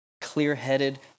clear-headed